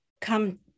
come